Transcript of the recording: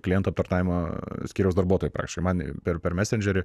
klientų aptarnavimo skyriaus darbuotoju praktiškai man per per mesendžerį